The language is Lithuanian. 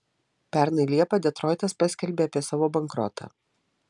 pernai liepą detroitas paskelbė apie savo bankrotą